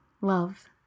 love